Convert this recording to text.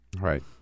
Right